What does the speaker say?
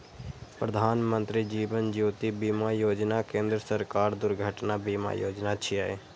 प्रधानमत्री जीवन ज्योति बीमा योजना केंद्र सरकारक दुर्घटना बीमा योजना छियै